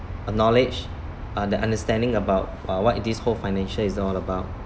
a knowledge uh the understanding about uh what this whole financial is all about